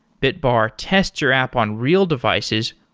bitbar tests your app on real devices,